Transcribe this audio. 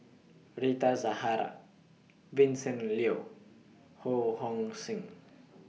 Rita Zahara Vincent Leow Ho Hong Sing